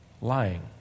Lying